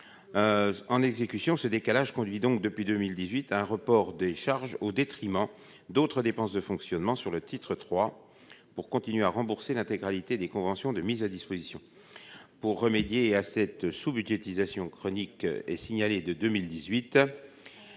en exécution ce décalage conduit donc depuis 2018 à un report des charges au détriment d'autres dépenses de fonctionnement sur le titre III pour continuer à rembourser l'intégralité des conventions de mise à disposition pour remédier à cette sous-budgétisation chronique et signalé de 2018